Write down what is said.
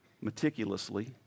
meticulously